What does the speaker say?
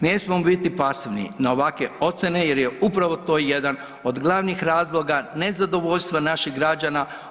Ne smijemo biti pasivni na ovakve ocjene jer je upravo to jedan od glavnih razloga nezadovoljstva naših građana.